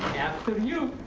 after you!